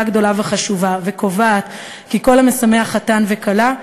גדולה וחשובה וקובעת כי כל המשמח חתן וכלה,